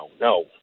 no